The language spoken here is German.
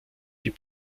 die